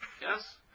Yes